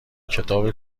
کتاب